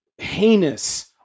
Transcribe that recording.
Heinous